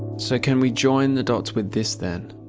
so can we join the dots with this then?